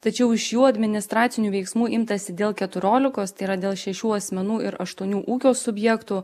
tačiau iš jų administracinių veiksmų imtasi dėl keturiolikos tai yra dėl šešių asmenų ir aštuonių ūkio subjektų